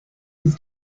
was